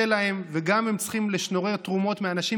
להם והם גם צריכים לשנורר תרומות מאנשים,